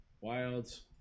wilds